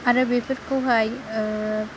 आरो बेफोरखौहाय